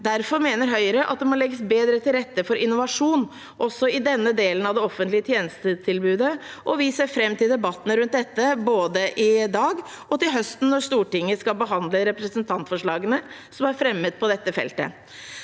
Derfor mener Høyre at det må legges bedre til rette for innovasjon også i denne delen av det offentlige tjenestetilbudet, og vi ser fram til debatten rundt dette både i dag og til høsten når Stortin get skal behandle representantforslagene som er fremmet på dette feltet.